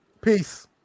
Peace